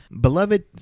Beloved